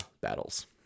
battles